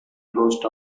closed